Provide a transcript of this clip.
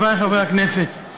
חברי חברי הכנסת,